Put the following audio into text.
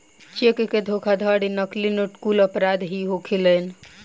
check के धोखाधड़ी, नकली नोट कुल अपराध ही होखेलेन